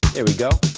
there we go.